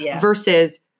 versus